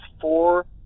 four